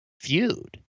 feud